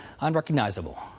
unrecognizable